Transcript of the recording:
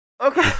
Okay